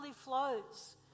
flows